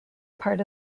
part